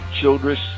Childress